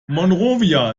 monrovia